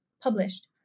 published